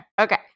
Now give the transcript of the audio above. Okay